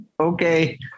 okay